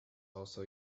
also